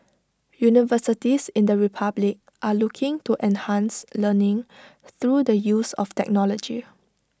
universities in the republic are looking to enhance learning through the use of technology